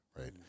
right